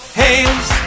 hands